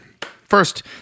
First